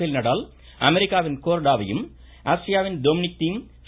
பேல் நடால் அமெரிக்காவின் கோர்டாவையும் ஆஸ்ட்ரியாவின் டோம்னிக் தீம் ட்